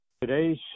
Today's